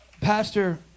Pastor